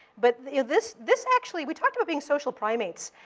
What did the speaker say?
but this this actually we talked about being social primates.